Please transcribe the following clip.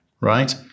right